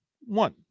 One